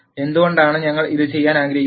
എന്തുകൊണ്ടാണ് ഞങ്ങൾ ഇത് ചെയ്യാൻ ആഗ്രഹിക്കുന്നത്